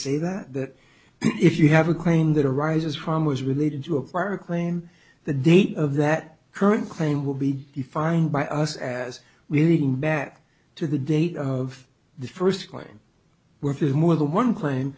say that that if you have a claim that arises from was related to a prior claim the date of that current claim will be defined by us as we met to the date of the first claim which is more than one claim